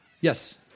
Yes